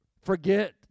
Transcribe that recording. forget